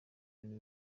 bintu